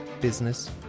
business